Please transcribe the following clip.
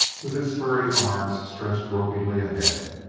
with its furry arms stretched gropingly ahead.